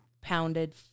pounded